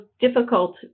difficult